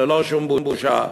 ללא שום בושה.